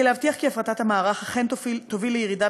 כדי להבטיח כי הפרטת המערך אכן תוביל לירידה